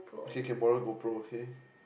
okay can borrow go pro okay